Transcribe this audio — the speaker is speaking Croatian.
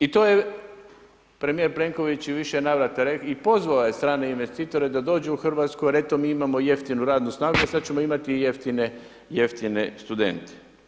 I to je premijer Plenković u više navrata rekao i pozvao je strane investitore da dođu u Hrvatsku jer eto, mi imamo jeftinu radnu snagu a sad ćemo i jeftine studente.